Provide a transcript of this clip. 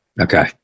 Okay